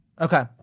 okay